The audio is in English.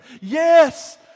Yes